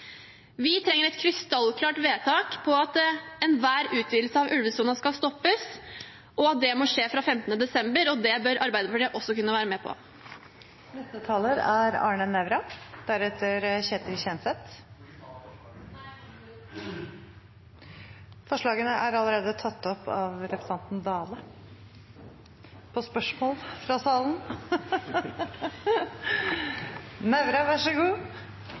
Vi trenger et krystallklart vedtak på at enhver utvidelse av ulvesonen skal stoppes, og at det må skje fra 15. desember. Det bør Arbeiderpartiet også kunne være med på. Representanten Emilie Enger Mehl har tatt opp det forslaget hun refererte til. Dette er et trist forslag, som har store konsekvenser, mye større enn flertallet her i salen